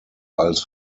als